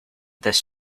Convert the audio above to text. this